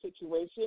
situation